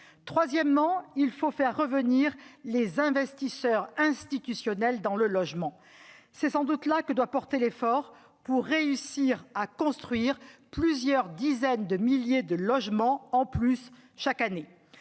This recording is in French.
besoin. Enfin, il faut faire revenir les investisseurs institutionnels dans le logement. C'est sans doute là que doit porter l'effort pour réussir à construire plusieurs dizaines de milliers de logements en plus chaque année.